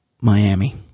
Miami